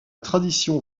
tradition